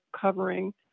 covering